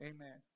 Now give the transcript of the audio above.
Amen